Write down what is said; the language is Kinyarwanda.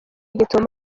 gitumo